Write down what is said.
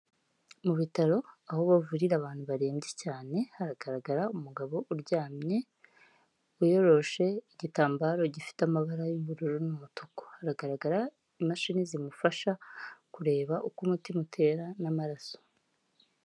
Mu bitaro aho bavurira abantu barembye cyane, haragaragara umugabo uryamye, wiyoroshe igitambaro gifite amabara y'ubururu n'umutuku. Hagaragara imashini zimufasha kureba uko umutima utera n'amaraso.